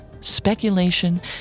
speculation